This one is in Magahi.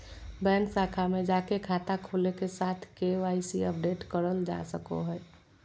बैंक शाखा में जाके खाता खोले के साथ के.वाई.सी अपडेट करल जा सको हय